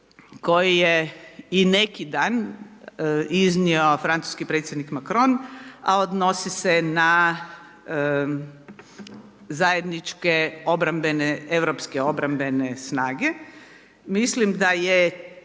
koji je i neki dan iznio francuski predsjednik Macron, a odnosi se na zajedničke obrambene, europske obrambene snage, mislim da je